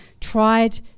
tried